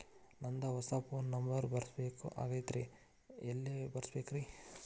ನಂದ ಹೊಸಾ phone number ಬರಸಬೇಕ್ ಆಗೈತ್ರಿ ಎಲ್ಲೆ ಬರಸ್ಬೇಕ್ರಿ?